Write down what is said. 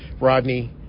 Rodney